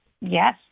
Yes